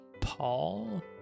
Paul